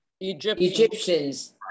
Egyptians